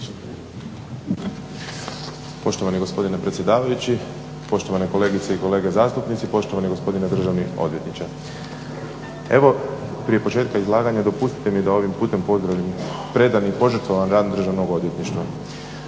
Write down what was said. Poštovani gospodine predsjedavajući, poštovane kolegice i kolege zastupnici, poštovani gospodine državni odvjetniče. Evo prije početka izlaganja dopustite mi da ovim putem pozdravim predan i požrtvovan rad državnog odvjetništva.